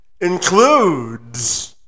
includes